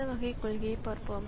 இந்த வகை கொள்கையைப் பார்ப்போம்